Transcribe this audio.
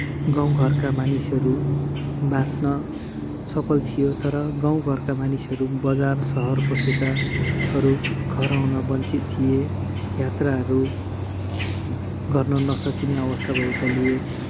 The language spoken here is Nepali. गाउँघरका मानिसहरू बाच्न सफल थियो तर गाउँघरका मानिसहरू बजार सहर पसेकाहरू घर आउन वञ्चित थिए यात्राहरू गर्न नसकिने अवस्था भएकाले